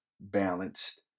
balanced